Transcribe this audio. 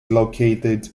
located